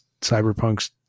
Cyberpunk's